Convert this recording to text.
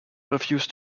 refused